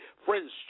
Friends